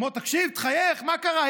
אומר לו: תקשיב, תחייך, מה קרה?